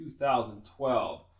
2012